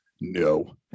no